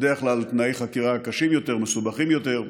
בדרך כלל תנאי החקירה קשים יותר, מסובכים יותר.